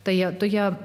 tai toje